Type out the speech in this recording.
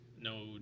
No